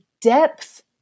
depth